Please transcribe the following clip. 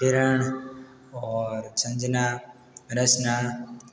किरण और संजना रचना